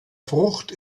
frucht